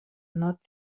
not